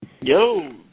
Yo